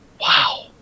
wow